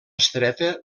estreta